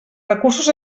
recursos